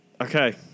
Okay